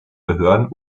behörden